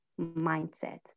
mindset